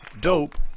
Dope